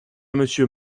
monsieur